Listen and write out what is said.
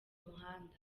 muhanda